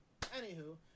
anywho